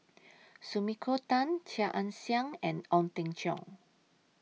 Sumiko Tan Chia Ann Siang and Ong Teng Cheong